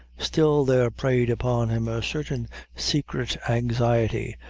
still there preyed upon him a certain secret anxiety,